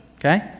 Okay